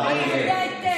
תעני לי.